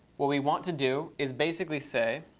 what we want to do is basically say,